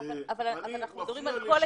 אבל אנחנו מדברים על כל הקהילה.